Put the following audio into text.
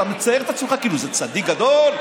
אתה מצייר את עצמך כאילו איזה צדיק גדול,